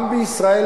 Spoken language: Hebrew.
גם בישראל,